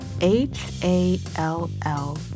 H-A-L-L